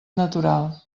natural